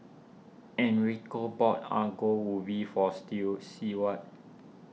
Enrico bought Ongol Ubi for Stew Seward